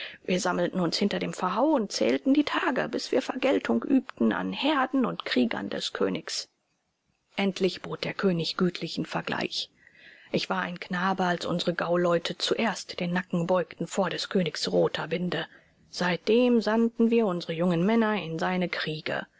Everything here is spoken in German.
wir sammelten uns hinter dem verhau und zählten die tage bis wir vergeltung übten an herden und kriegern des königs endlich bot der könig gütlichen vergleich ich war ein knabe als unsere gauleute zuerst den nacken beugten vor des königs roter binde seitdem sandten wir unsere jungen männer in seine kriege